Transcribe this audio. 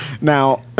Now